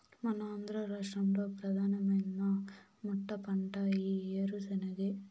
మన ఆంధ్ర రాష్ట్రంలో ప్రధానమైన మెట్టపంట ఈ ఏరుశెనగే